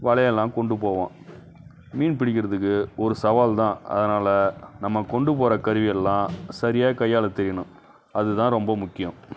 வலையெல்லாம் கொண்டு போவோம் மீன் பிடிக்கிறதுக்கு ஒரு சவால் தான் அதனால் நம்ம கொண்டு போகிற கருவியெல்லாம் சரியாக கையாளத் தெரியணும் அதுதான் ரொம்ப முக்கியம்